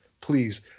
please